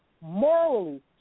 morally